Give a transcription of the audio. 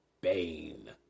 Bane